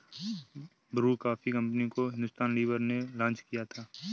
Bru coffee company को Hindustan Lever ने launch किया था